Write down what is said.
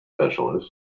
specialist